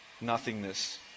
nothingness